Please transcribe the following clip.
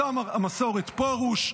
שר המסורת פרוש.